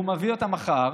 הוא מביא אותה מחר,